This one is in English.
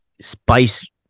spice